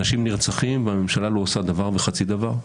אנשים נרצחים, והממשלה לא עושה דבר וחצי דבר.